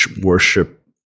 worship